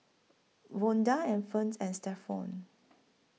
Vonda and Fern and Stephon